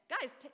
Guys